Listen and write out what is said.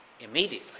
immediately